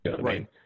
Right